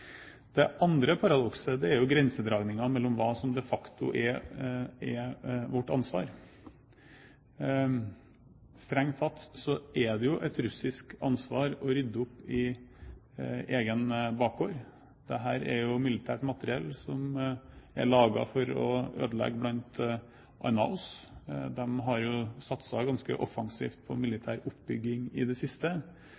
Det andre paradokset er jo grensedragningen, hva som de facto er vårt ansvar. Strengt tatt er det jo et russisk ansvar å rydde opp i egen bakgård. Dette er jo militært materiell som er laget for å ødelegge bl.a. oss. De har jo satset ganske offensivt på